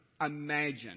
imagine